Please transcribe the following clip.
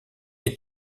est